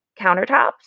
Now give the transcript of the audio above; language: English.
countertops